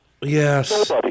yes